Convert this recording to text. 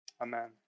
Amen